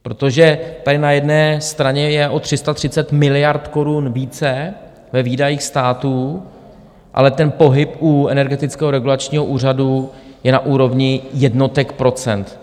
Protože tady na jedné straně je o 330 miliard korun více ve výdajích státu, ale pohyb u Energetického regulačního úřadu je na úrovni jednotek procent.